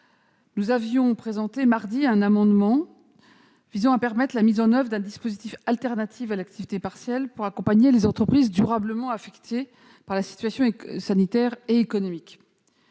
Nous avions présenté, mardi dernier, un amendement qui visait à permettre la mise en oeuvre d'un dispositif alternatif à l'activité partielle de manière à accompagner les entreprises durablement affectées par la situation sanitaire et économique.